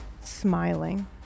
smiling